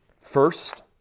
First